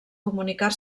comunicar